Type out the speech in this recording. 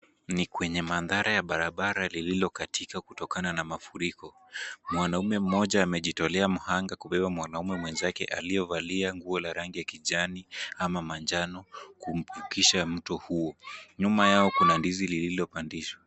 Ni kwenye mandhari ya barabara lililokatika kutokana na mafuriko. mwanamume mmoja amejitolea mhanga kubeba mwanaume mwenzake aliyevalia nguo la rangi ya kijani ama manjano kumvukisha mto huo, nyuma yao kuna ndizi lililopandishwa.